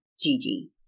Gigi